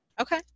Okay